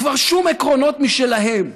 כבר שום עקרונות משלהם,